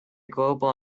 global